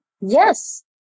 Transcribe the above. Yes